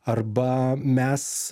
arba mes